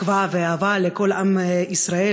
תקווה ואהבה לכל עם ישראל,